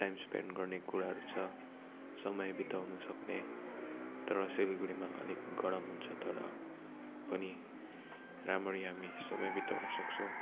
time spent गर्ने कुराहरू छ समय बिताउन सक्ने तर सिलगढीमा अलिक गरम हुन्छ तर पनि राम्ररी हामी समय बिताउन सक्सौँ